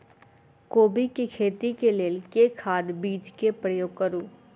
कोबी केँ खेती केँ लेल केँ खाद, बीज केँ प्रयोग करू?